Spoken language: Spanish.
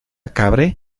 cabré